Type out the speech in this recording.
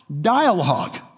dialogue